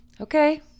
Okay